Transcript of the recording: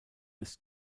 ist